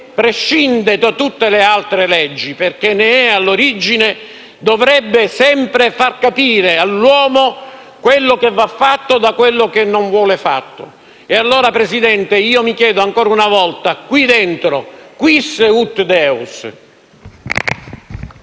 prescinde da tutte le altre leggi, perché ne è all'origine, dovrebbe sempre far distinguere all'uomo quello che deve essere fatto da quello che non deve fare. Signora Presidente, allora mi chiedo ancora una volta: qui dentro, *quis ut deus*?